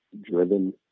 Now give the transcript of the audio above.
driven